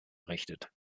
errichtet